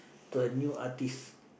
the new artiste